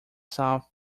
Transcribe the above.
south